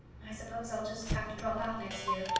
i suppose i'll just have to drop out next year,